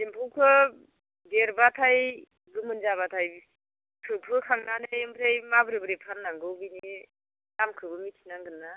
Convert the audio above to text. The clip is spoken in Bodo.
एम्फौखौ देरबाथाय गोमोन जाबाथाय थोबहोखांनानै ओमफ्राय माबोरै बोरै खालामनांगौ बिनि दामखौबो मिथिनांगोन ना